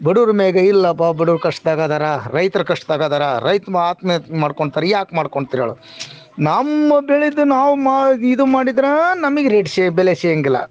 ಬಡೂರಮೇಗೆ ಇಲ್ಲಪ್ಪ ಬಡೂರು ಕಷ್ಟದಾಗದಾರೆ ರೈತ್ರು ಕಷ್ಟದಾಗದಾರೆ ರೈತ್ರು ಆತ್ಮಹತ್ಯೆ ಮಾಡ್ಕೊಂತಾರೆ ಯಾಕೆ ಮಾಡ್ಕೊಂತಾರೆ ಹೇಳು ನಮ್ಮ ಬೆಳೆದು ನಾವು ಮಾ ಇದು ಮಾಡಿದ್ರೆ ನಮಗ್ ರೇಟ್ ಸೆ ಬೆಲೆ ಸಿಗೋಂಗಿಲ್ಲ